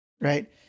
right